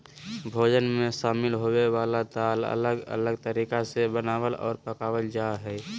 भोजन मे शामिल होवय वला दाल अलग अलग तरीका से बनावल आर पकावल जा हय